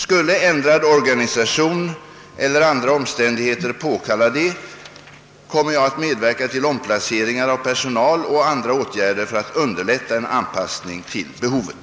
Skulle ändrad organisation eller andra omständigheter påkalla det kommer jag att medverka till omplaceringar av personal och andra åtgärder för att underlätta en anpassning till behovet.